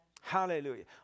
Hallelujah